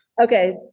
Okay